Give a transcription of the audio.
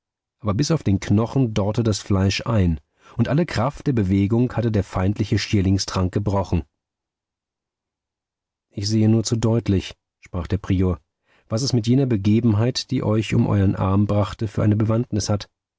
aber bis auf den knochen dorrte das fleisch ein und alle kraft der bewegung hatte der feindliche schierlingstrank gebrochen ich sehe nur zu deutlich sprach der prior was es mit jener begebenheit die euch um euern arm brachte für eine bewandtnis hat